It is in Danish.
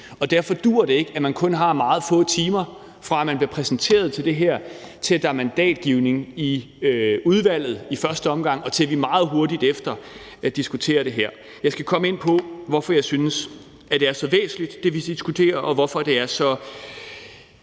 og derfor duer det ikke, at man kun har meget få timer, fra at man bliver præsenteret for det her, til at der er mandatgivning i udvalget i første omgang, og så til at vi meget hurtigt efter diskuterer det her. Jeg skal komme ind på, hvorfor jeg synes, at det, vi diskuterer, er så væsentligt, og hvorfor det fylder så